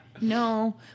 No